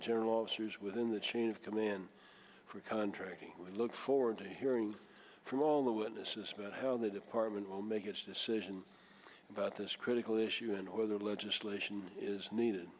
general officers within the chain of command for contracting we look forward to hearing from all the witnesses about how the department will make its decision about this critical issue and whether legislation is needed